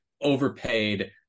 overpaid